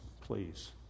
please